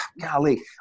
golly